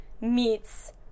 meets